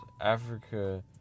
Africa